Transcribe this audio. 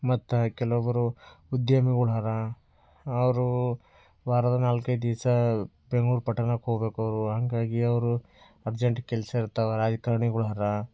ಮತ್ತು ಕೆಲವರು ಉದ್ಯಮಿಗಳು ಅರಾ ಅವರು ವಾರದ ನಾಲ್ಕೈದು ದಿವಸ ಬೆಂಗ್ಳೂರು ಪಟ್ಟಣಕ್ಕೆ ಹೋಗ್ಬೇಕು ಅವರು ಹಾಗಾಗಿ ಅವರು ಅರ್ಜೆಂಟ್ ಕೆಲಸ ಇರ್ತಾವೆ ರಾಜಕಾರಣಿಗಳು ಅರಾ